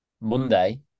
Monday